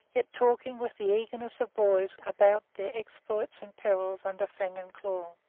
yet talking with the eagerness of boys about their exploits and perils under fang and claw.